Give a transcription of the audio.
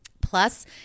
Plus